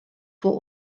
vor